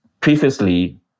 previously